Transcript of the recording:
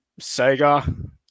Sega